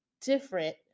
different